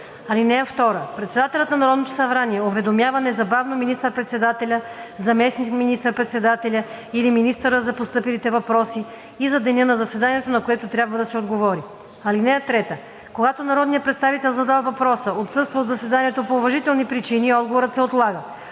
(2) Председателят на Народното събрание уведомява незабавно министър-председателя, заместник министър-председателя или министъра за постъпилите въпроси и за деня на заседанието, на което трябва да се отговори. (3) Когато народният представител, задал въпроса, отсъства от заседанието по уважителни причини, отговорът се отлага.